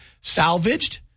salvaged